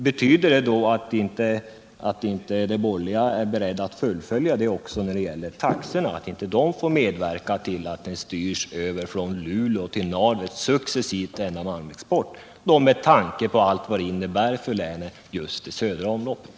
Betyder ställningstagandet nu att de borgerliga inte vill fullfölja den principen också när det gäller taxorna, utan att dessa får medverka till att denna malmexport successivt förs över från Luleå till Narvik, just med tanke på allt vad det södra omloppet innebär för länet?